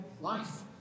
life